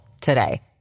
today